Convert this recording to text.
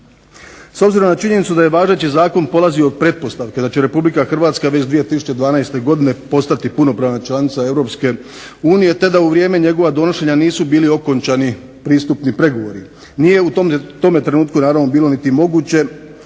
S obzirom na činjenicu da je važeći zakon polazi od pretpostavke da će Republika Hrvatska već 2012. godine postati punopravna članica Europske unije, te da u vrijeme njegova donošenja nisu bili okončani pristupni pregovori. Nije u tome trenutku naravno bilo niti moguće